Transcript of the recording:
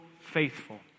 faithful